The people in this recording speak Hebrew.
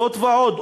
זאת ועוד,